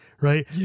Right